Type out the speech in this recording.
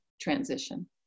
transition